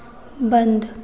बंद